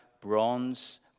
bronze